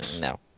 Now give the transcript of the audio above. no